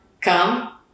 come